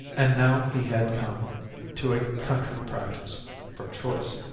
and now he had come to a country practice from choice.